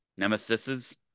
nemesises